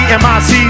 mic